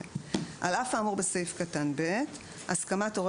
למשל: (ג) (1) "על אף האמור בסעיף קטן (ב) הסכמת הורה